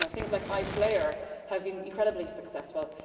so things like iplayer have been incredibly successful.